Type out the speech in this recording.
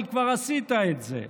אבל כבר עשית את זה.